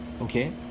okay